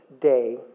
Day